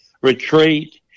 retreat